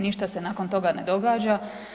Ništa se nakon toga ne događa.